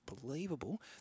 unbelievable